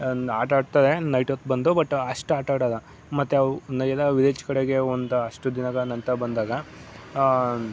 ಆಟ ಆಡ್ತಾರೆ ನೈಟ್ ಹೊತ್ತು ಬಂದು ಬಟ್ ಅಷ್ಟು ಆಟ ಆಡೋಲ್ಲ ಮತ್ತೆ ಅವು ಇನ್ನೂ ಎಲ್ಲ ವಿಲೇಜ್ ಕಡೆಗೆ ಒಂದ ಅಷ್ಟು ದಿನಗಳ ನಂತರ ಬಂದಾಗ